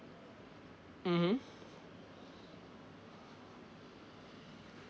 mmhmm